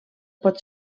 pot